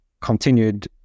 continued